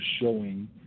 showing